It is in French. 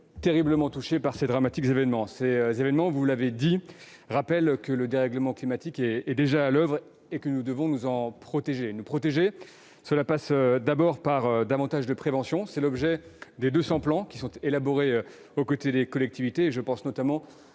terriblement touchés par ces dramatiques événements, qui nous rappellent- vous l'avez dit -que le dérèglement climatique est déjà à l'oeuvre et que nous devons nous en protéger. Cela passe d'abord par davantage de prévention. Tel est l'objet des 200 plans que nous élaborons aux côtés des collectivités ; je pense notamment